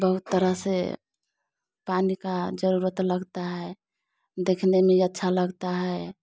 बहुत तरह से पानी का जरूरत लगता है देखने में अच्छा लगता है